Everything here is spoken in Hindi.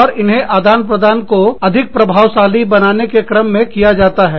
और इन्हें आदान प्रदान को अधिक प्रभावशाली बनाने के क्रम में किया जाता है